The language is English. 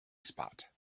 spot